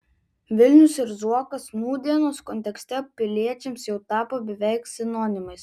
vilnius ir zuokas nūdienos kontekste piliečiams jau tapo beveik sinonimais